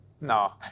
No